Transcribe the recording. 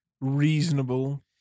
reasonable